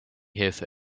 have